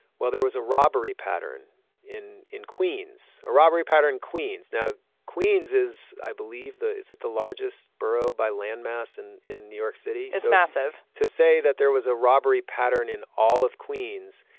well, there was a robbery pattern in in queens, a robbery pattern, queens. now, queens is, i believe. is it the largest borough by landmass and in new york city? it's massive to say that there was a robbery pattern in all of queens.